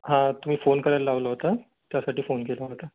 हां तुम्ही फोन करायला लावला होता त्यासाठी फोन केला होता